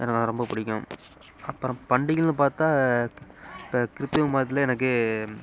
எனக்கு அது ரொம்ப பிடிக்கும் அப்புறம் பண்டிகைன்னு பார்த்தா இப்போ கிறித்துவ மதத்திலையே எனக்கு